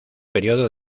período